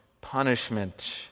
punishment